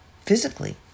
Physically